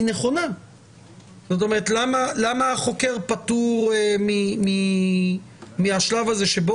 זאת אומרת למה החוקר פטור מהשלב הזה שבו